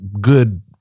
good